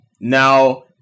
Now